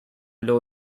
low